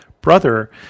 brother